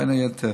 ובין היתר